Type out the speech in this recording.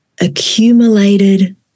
Accumulated